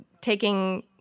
taking